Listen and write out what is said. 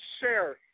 share